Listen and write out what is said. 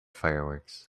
fireworks